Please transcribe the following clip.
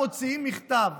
מוציאים מכתב.